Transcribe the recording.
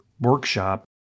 workshop